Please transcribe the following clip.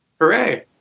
Hooray